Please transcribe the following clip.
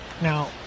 Now